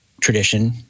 tradition